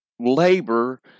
Labor